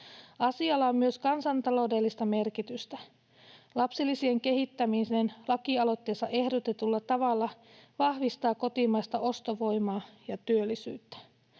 Asialla on myös kansantaloudellista merkitystä. Lapsilisien kehittäminen lakialoitteessa ehdotetulla tavalla vahvistaa kotimaista ostovoimaa ja työllisyyttä.